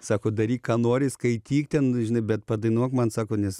sako daryk ką nori skaityk ten žinai bet padainuok man sako nes